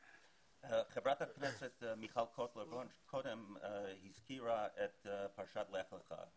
חברת הכנסת מיכל קוטלר וונש הזכירה קודם את פרשת לך לך.